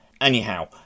Anyhow